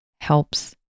helps